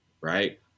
Right